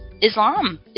Islam